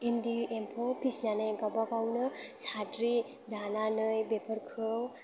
इन्दि एम्फौ फिसिनानै गावबा गावनो साद्रि दानानै बेफोरखौ